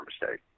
mistake